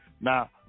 Now